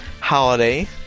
holiday